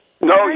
No